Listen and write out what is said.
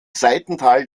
seitental